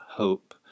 hope